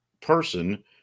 person